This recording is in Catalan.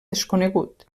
desconegut